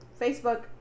facebook